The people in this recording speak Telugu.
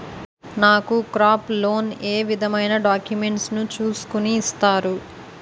నాకు క్రాప్ లోన్ ఏ విధమైన డాక్యుమెంట్స్ ను చూస్కుని ఇస్తారు?